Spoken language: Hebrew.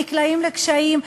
נקלעים לקשיים,